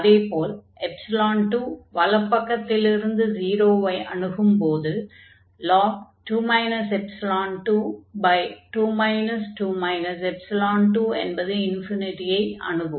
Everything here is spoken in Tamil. அதே போல் 2 வலப்பக்கத்திலிருந்து 0 வை அணுகும் போது ln2 22 என்பது ஐ அணுகும்